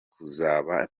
kuzaba